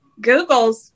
googles